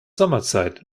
sommerzeit